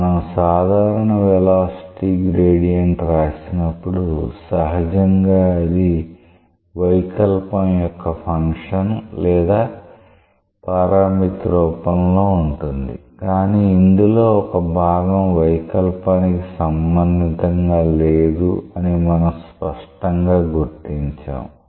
మనం సాధారణ velocity gradient రాసినప్పుడు సహజంగా అది వైకల్పం యొక్క ఫంక్షన్ లేదా పారామితి రూపంలో ఉంటుంది కానీ ఇందులో ఒక భాగం వైకల్పానికి సంబంధితంగా లేదు అని అని మనం స్పష్టంగా గుర్తించాము